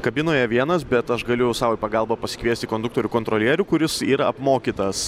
kabinoje vienas bet aš galiu sau į pagalbą pasikviesti konduktorių kontrolierių kuris yra apmokytas